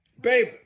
Babe